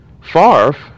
Farf